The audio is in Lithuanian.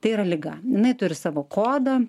tai yra liga jinai turi savo kodą